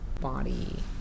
body